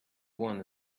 one